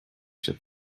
się